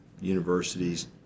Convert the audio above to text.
universities